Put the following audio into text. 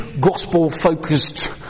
gospel-focused